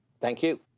thank you.